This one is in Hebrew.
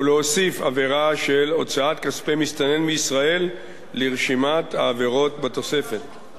ולהוסיף עבירה של הוצאת כספי מסתנן מישראל לרשימת העבירות בתוספת.